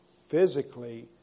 physically